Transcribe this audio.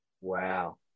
wow